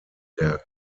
der